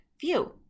view